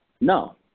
No